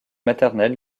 maternelle